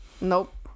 Nope